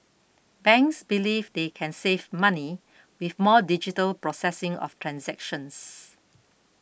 banks believe they can save money with more digital processing of transactions